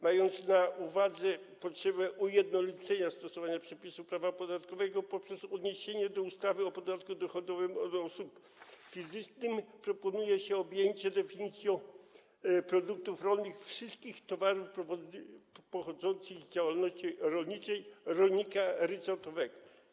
Mając na uwadze potrzebę ujednolicenia sposobu stosowania przepisów prawa podatkowego poprzez odniesienie do ustawy o podatku dochodowym od osób fizycznych, proponuje się objęcie definicją produktów rolnych wszystkich towarów pochodzących z działalności rolniczej rolnika ryczałtowego.